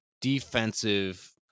defensive